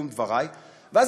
יכול להיות שזה יהיה מכרז באמת: